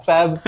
Fab